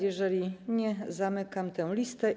Jeżeli nie, zamykam tę listę.